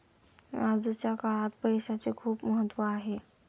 आजच्या काळात पैसाचे खूप महत्त्व आहे